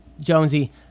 Jonesy